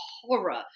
Horror